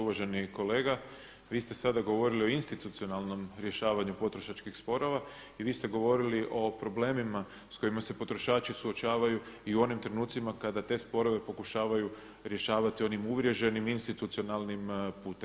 Uvaženi kolega, vi ste sada govorili o institucionalnom rješavanju potrošačkih sporova vi ste govorili o problemima s kojima se potrošači suočavaju i u onim trenucima kada te sporove pokušavaju rješavati onim uvrježenim institucionalnim putem.